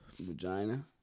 vagina